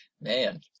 Man